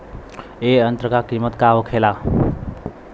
ए यंत्र का कीमत का होखेला?